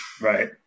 right